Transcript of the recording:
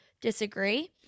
disagree